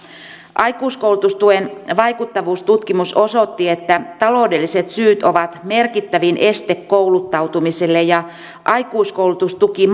aikuiskoulutustuen vaikuttavuustutkimus osoitti että taloudelliset syyt ovat merkittävin este kouluttautumiselle ja aikuiskoulutustuki